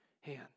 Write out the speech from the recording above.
hand